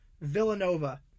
Villanova